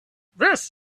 this